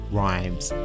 rhymes